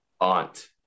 aunt